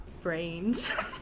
Brains